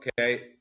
okay